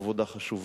עבודה חשובה.